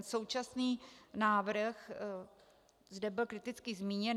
Současný návrh zde byl kriticky zmíněn.